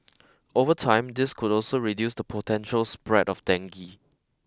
over time this could also reduce the potential spread of dengue